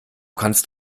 kannst